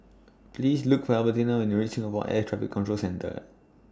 Please Look For Albertina when YOU REACH Singapore Air Traffic Control Centre